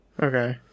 Okay